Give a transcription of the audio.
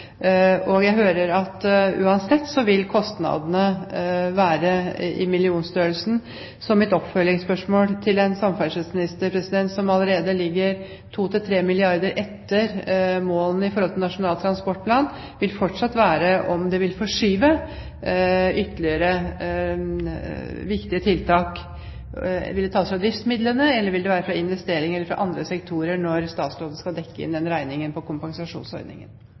Jeg hører at uansett vil kostnadene være i millionstørrelsen. Så mitt oppfølgingsspørsmål til en samferdselsminister som allerede ligger 2–3 milliarder etter målene i forhold til Nasjonal transportplan, vil fortsatt være om det vil forskyve ytterligere viktige tiltak. Vil det tas fra driftsmidlene, eller vil det være fra investeringer på andre sektorer når statsråden skal dekke inn den regningen for kompensasjonsordningen?